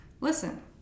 Listen